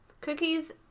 Cookies